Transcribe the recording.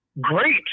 great